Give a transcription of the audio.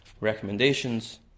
recommendations